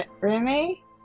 Remy